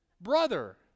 Brother